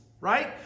right